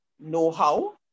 know-how